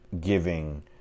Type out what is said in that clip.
giving